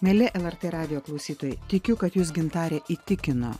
mieli lrt radijo klausytojai tikiu kad jus gintarė įtikino